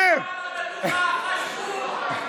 שב, שב.